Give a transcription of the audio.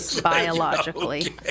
biologically